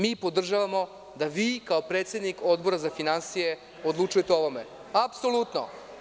Mi podržavamo da vi, kao predsednik Odbora za finansije, odlučujete o ovome, apsolutno.